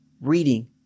reading